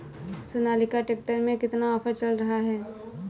Sonalika tractor में कितना offer चल रहा है?